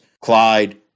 Clyde